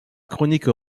chronique